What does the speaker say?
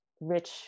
rich